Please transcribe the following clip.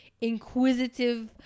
inquisitive